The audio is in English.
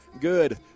Good